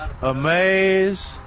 Amaze